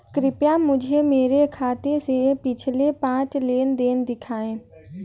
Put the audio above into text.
कृपया मुझे मेरे खाते से पिछले पाँच लेन देन दिखाएं